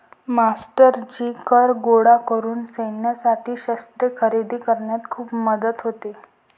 मास्टरजी कर गोळा करून सैन्यासाठी शस्त्रे खरेदी करण्यात खूप मदत होते